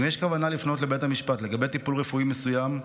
אם יש כוונה לפנות לבית המשפט לגבי טיפול רפואי מסוים,